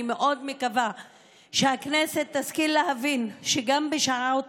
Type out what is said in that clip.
אני מאוד מקווה שהכנסת תשכיל להבין שגם בשעות